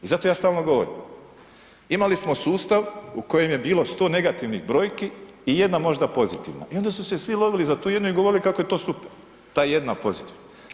I zato ja stalno govorim, imali smo sustav u kojem je bilo 100 negativnih brojki i jedna možda pozitivna i onda su se svi lovili za tu jednu i govorili kako je to super ta jedna pozitivna.